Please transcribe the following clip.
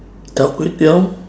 char kway teow